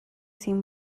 sin